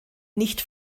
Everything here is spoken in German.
nicht